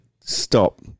stop